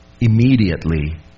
immediately